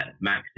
Max